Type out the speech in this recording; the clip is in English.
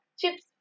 chips